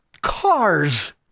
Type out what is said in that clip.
cars